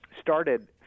started